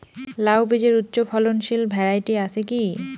লাউ বীজের উচ্চ ফলনশীল ভ্যারাইটি আছে কী?